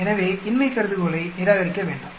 எனவே இன்மை கருதுகோளை நிராகரிக்க வேண்டாம்